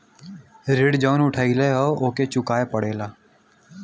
ऋण जउन उठउले हौ ओके चुकाए के पड़ेला